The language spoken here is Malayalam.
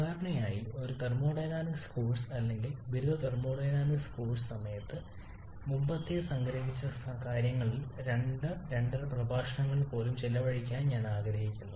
സാധാരണയായി ഒരു സാധാരണ തെർമോഡൈനാമിക്സ് കോഴ്സ് അല്ലെങ്കിൽ ബിരുദ തെർമോഡൈനാമിക്സ് കോഴ്സ് സമയത്ത് മുമ്പത്തെ സംഗ്രഹിച്ച കാര്യങ്ങളിൽ രണ്ടോ രണ്ടര പ്രഭാഷണങ്ങൾ പോലും ചെലവഴിക്കാൻ ഞാൻ ആഗ്രഹിക്കുന്നു